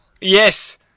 Yes